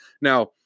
Now